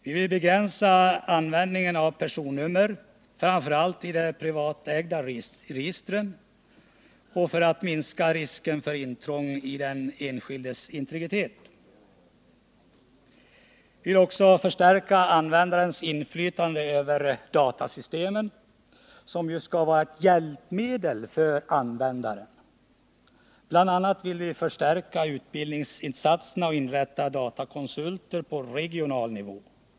Vi vill begränsa användningen av personnummer, framför allt i de privatägda registren, för att minska risken för intrång i den enskildes integritet. Vi vill också förstärka användarens inflytande över datasystemen, som ju skall vara hjälpmedel för användarna. BI. a. vill vi förstärka utbildningsinsatserna och inrätta datakonsulter på regional nivå.